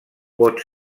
pot